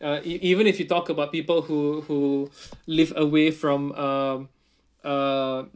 uh even if you talk about people who who live away from um uh